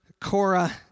Cora